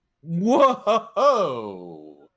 Whoa